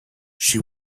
she